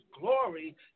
glory